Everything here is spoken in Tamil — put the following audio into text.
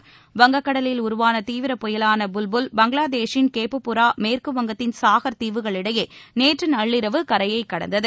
ஏர்நெட் வங்கக் கடலில் உருவான தீவிரப் புயலான புல்புல் பங்களாதேஷின் கேப்புரா மேற்குவங்கத்தின் சாகர் தீவுகளிடையே நேற்று நள்ளிரவு கரையைக் கடந்தது